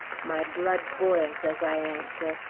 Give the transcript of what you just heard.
my blood boils as i answer,